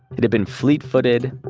it had been fleet footed,